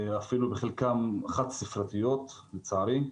אפילו בחלקן חד-ספרתיות, לצערי.